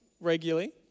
regularly